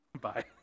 Bye